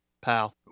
Pal